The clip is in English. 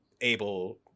able